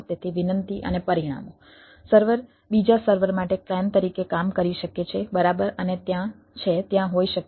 તેથી વિનંતી અને પરિણામો સર્વર બીજા સર્વર માટે ક્લાયન્ટ તરીકે કામ કરી શકે છે બરાબર અને ત્યાં છે ત્યાં હોઈ શકે છે